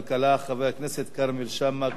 חבר הכנסת כרמל שאמה-הכהן.